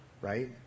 Right